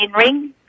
ring